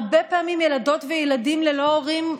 הרבה פעמים ילדות וילדים ללא ההורים,